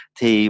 Thì